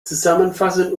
zusammenfassen